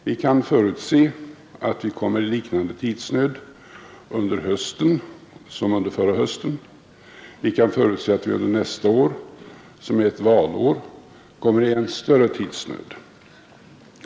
Vi kan förutse att vi råkar i liknande tidsnöd under den här hösten som under förra hösten, och vi kan förutse att vi under nästa år, som är ett valår, kommer i än större tidsnöd.